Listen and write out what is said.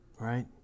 right